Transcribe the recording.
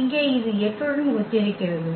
இங்கே இது 8 உடன் ஒத்திருக்கிறது